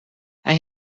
hij